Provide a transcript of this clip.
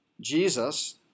Jesus